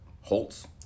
Holtz